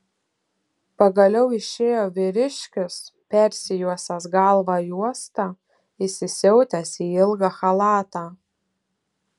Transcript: pagaliau išėjo vyriškis persijuosęs galvą juosta įsisiautęs į ilgą chalatą